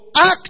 act